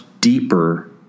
deeper